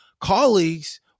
colleagues